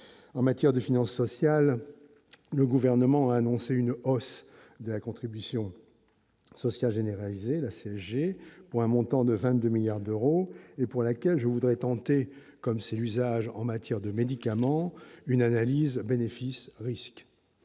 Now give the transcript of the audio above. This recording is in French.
en matière de finances sociales, le gouvernement a annoncé une hausse de la contribution sociale généralisée, la CSG, pour un montant de 22 milliards d'euros et pour laquelle je voudrais tenter, comme c'est l'usage en matière de médicaments, une analyse bénéfice risque